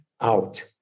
out